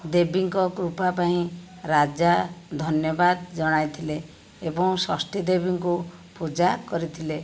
ଦେବୀଙ୍କ କୃପା ପାଇଁ ରାଜା ଧନ୍ୟବାଦ ଜଣାଇଥିଲେ ଏବଂ ଷଷ୍ଠୀ ଦେବୀଙ୍କୁ ପୂଜା କରିଥିଲେ